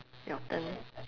your turn